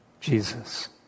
Jesus